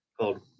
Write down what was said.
called